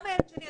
גם הילד שלי,